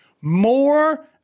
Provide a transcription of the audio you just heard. more